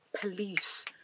Police